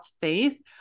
faith